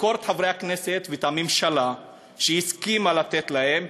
לחקור את חברי הכנסת ואת הממשלה שהסכימה לתת להם,